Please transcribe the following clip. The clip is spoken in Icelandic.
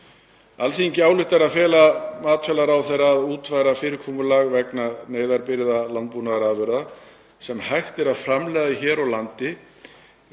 „Alþingi ályktar að fela matvælaráðherra að útfæra fyrirkomulag vegna neyðarbirgða landbúnaðarafurða sem hægt er að framleiða hér á landi við